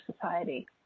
society